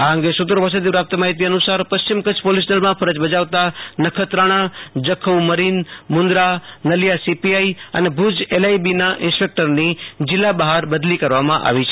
આ અંગે સૂત્રો પાસેથી પ્રાપ્ત માહિતી અનુસાર પશ્ચિમ કચ્છ પોલિસ દળમાં ફરજ બજાવતા નખત્રાણાજખી મરિન મુન્દ્રાનલિયી સીપીઆઇ અને ભુજ ચેલઓઇબીના ઈન્સ્પેક્ટરની જિલ્લા બહાર બદલી કરવામાં આવી છે